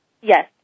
Yes